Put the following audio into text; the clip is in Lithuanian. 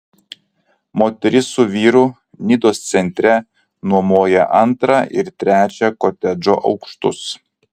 moteris su vyru nidos centre nuomoja antrą ir trečią kotedžo aukštus